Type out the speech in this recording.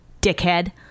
dickhead